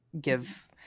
give